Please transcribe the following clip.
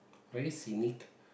very scenic